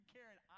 Karen